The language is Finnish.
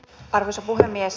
arvoisa puhemies